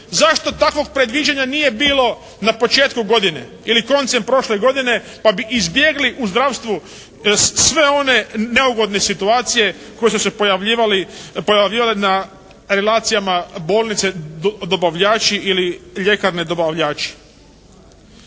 Zašto takvog predviđanja nije bilo na početku godine ili koncem prošle godine da bi izbjegli u zdravstvu sve one neugodne situacije koje su se pojavljivale na relacijama bolnice dobavljači ili ljekarne dobavljači.